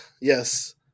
Yes